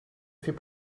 fait